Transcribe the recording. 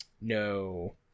No